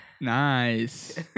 Nice